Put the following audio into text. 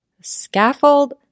Scaffold